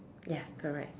ya correct